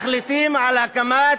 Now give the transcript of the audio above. מחליטים על הקמת